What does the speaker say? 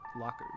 lockers